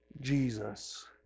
Jesus